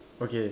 okay